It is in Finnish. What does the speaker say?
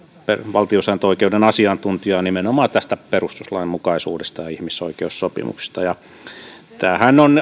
valtiosääntöoikeuden asiantuntijaa nimenomaan tästä perustuslainmukaisuudesta ja ihmisoikeussopimuksista ja tämähän on